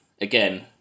again